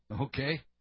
okay